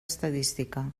estadística